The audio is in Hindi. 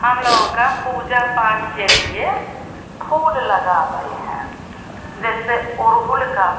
हमलोगों का पूजा पाठ के लिए फूल लगाते हैं जैसे अड़हुल का